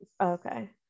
Okay